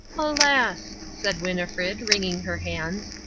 alas, said winnifred, wringing her hands,